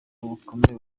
bukomeye